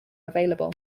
available